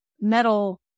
metal